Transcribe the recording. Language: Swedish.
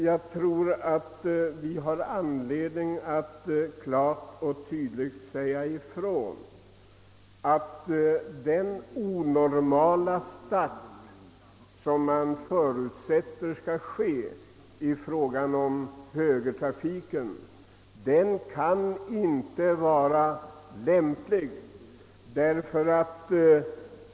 Jag tror emellertid att vi har anledning att klart och tydligt säga ifrån att den onormala start, som förutsättes kommer att ske i fråga om högertrafiken, inte kan vara lämplig.